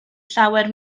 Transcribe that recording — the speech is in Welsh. llawer